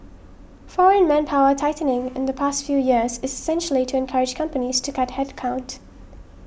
foreign manpower tightening in the past few years is essentially to encourage companies to cut headcount